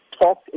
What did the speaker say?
talk